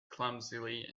clumsily